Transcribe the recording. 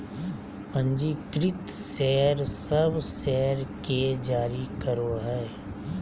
पंजीकृत शेयर सब शेयर के जारी करो हइ